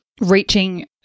reaching